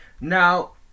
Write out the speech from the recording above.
Now